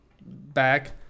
back